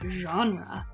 genre